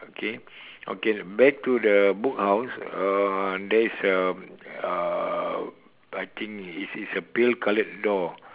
okay okay back to the book house uh there is a uh I think is is a pale coloured door